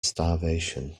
starvation